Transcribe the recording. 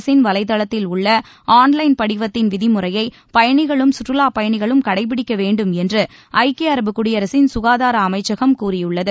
அரசின் வலைதளத்தில் உள்ள ஆன் லைன் படிவத்தில் உள்ள விதிமுறையை பயணிகளும் சுற்றுலா பயணிகளும் கடைப்பிடிக்க வேண்டும் என்று ஐக்கிய அரபு குடியரசின் சுகாதார அமைச்சகம் கூறியுள்ளது